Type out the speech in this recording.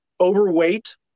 overweight